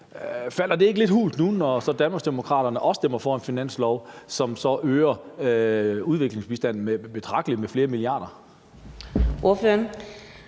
Klinger det ikke lidt hult nu, når så Danmarksdemokraterne også stemmer for en finanslov, som så øger udviklingsbistanden betragteligt med flere milliarder kroner?